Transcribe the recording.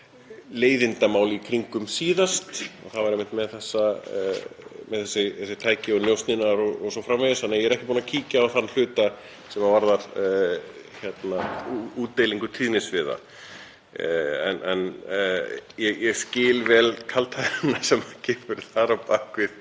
leiðindamál í kringum síðast og það var einmitt með þessi tæki og njósnirnar o.s.frv. þannig að ég er ekki búinn að kíkja á þann hluta sem varðar útdeilingu tíðnisviða. En ég skil vel kaldhæðnina sem er þar á bak við